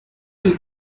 will